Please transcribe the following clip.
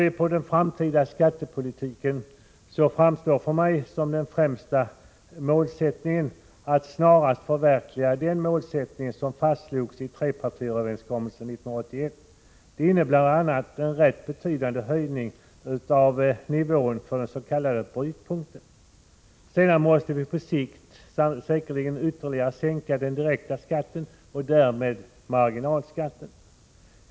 I den framtida skattepolitiken framstår för mig den viktigaste uppgiften vara att snarast förverkliga den målsättning som fastslogs i trepartiöverenskommelsen 1981, nämligen högst 50 26 marginalskatt för 90 26 av inkomsttagarna. Detta innebär bl.a. en rätt betydande höjning av nivån för den s.k. brytpunkten. Sedan måste vi på sikt ytterligare sänka den direkta skatten och därmed marginalskatten.